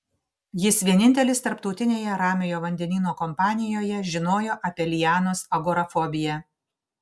jis vienintelis tarptautinėje ramiojo vandenyno kompanijoje žinojo apie lianos agorafobiją